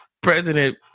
President